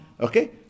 okay